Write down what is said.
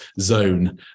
zone